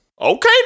Okay